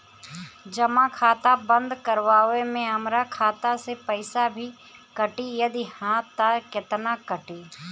जमा खाता बंद करवावे मे हमरा खाता से पईसा भी कटी यदि हा त केतना कटी?